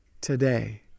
today